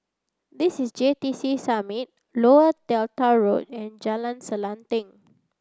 this is J T C Summit Lower Delta Road and Jalan Selanting